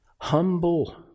humble